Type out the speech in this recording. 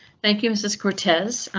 thank you, mrs. cortez,